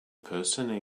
person